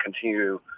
continue